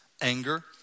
anger